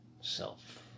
self